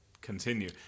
continue